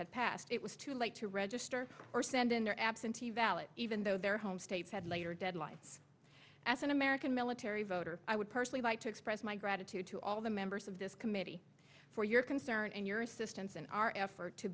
had passed it was too late to register or send in their absentee ballot even though their home state had later deadline as an american military voter i would personally like to express my gratitude to all the members of this committee for your concern and your assistance in our effort to